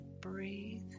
Breathe